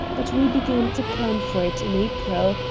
but we began to plan for it in april,